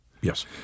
Yes